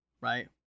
right